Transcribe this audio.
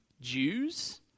Jews